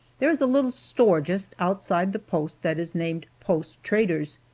there is a little store just outside the post that is named post trader's,